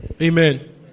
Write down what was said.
Amen